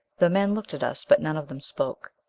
the men looked at us but none of them spoke.